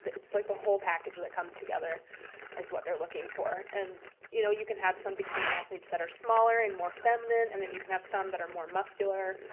it's like the whole package that comes together as what they're looking for. and you know you can have some bikini athletes that are smaller and more feminine and then you can have some that are more muscular.